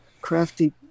crafty